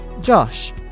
Josh